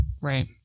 right